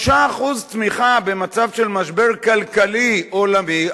5% צמיחה במצב של משבר כלכלי עולמי,